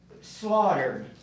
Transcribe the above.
slaughtered